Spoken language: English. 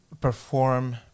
perform